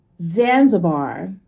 Zanzibar